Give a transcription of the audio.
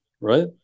Right